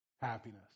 happiness